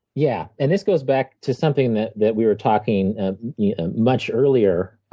yeah, and this goes back to something that that we were talking much earlier